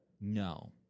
no